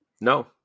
No